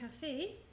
Cafe